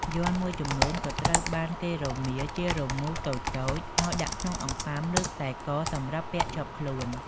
យ័ន្តមួយចំនួនក៏ត្រូវបានគេរមៀលជារមូរតូចៗ ហើយដាក់ក្នុងអង្កាំ ឬខ្សែកសម្រាប់ពាក់ជាប់ខ្លួន។